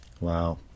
Wow